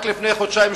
רק לפני חודשיים,